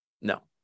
No